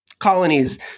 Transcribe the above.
colonies